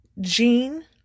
Jean